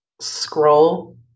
scroll